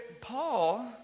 Paul